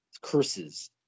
curses